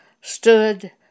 stood